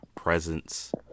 presence